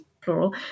plural